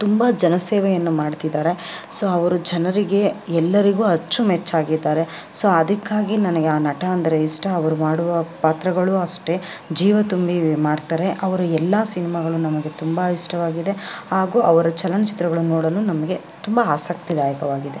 ತುಂಬ ಜನಸೇವೆಯನ್ನು ಮಾಡ್ತಿದ್ದಾರೆ ಸೊ ಅವರು ಜನರಿಗೆ ಎಲ್ಲರಿಗೂ ಅಚ್ಚುಮೆಚ್ಚಾಗಿದ್ದಾರೆ ಸೊ ಅದಕ್ಕಾಗಿ ನನಗೆ ಆ ನಟ ಅಂದರೆ ಇಷ್ಟ ಅವರು ಮಾಡುವ ಪಾತ್ರಗಳೂ ಅಷ್ಟೇ ಜೀವ ತುಂಬಿ ಮಾಡ್ತಾರೆ ಅವರ ಎಲ್ಲ ಸಿನಿಮಾಗಳು ನನಗೆ ತುಂಬ ಇಷ್ಟವಾಗಿದೆ ಹಾಗೂ ಅವರ ಚಲನಚಿತ್ರಗಳನ್ನು ನೋಡಲು ನಮಗೆ ತುಂಬ ಆಸಕ್ತಿದಾಯಕವಾಗಿದೆ